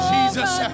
Jesus